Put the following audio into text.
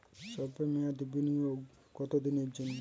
সল্প মেয়াদি বিনিয়োগ কত দিনের জন্য?